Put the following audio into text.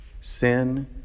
sin